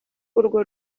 urwo